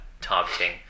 targeting